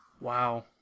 Wow